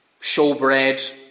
showbread